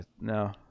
no